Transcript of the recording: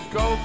go